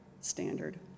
standard